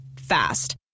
Fast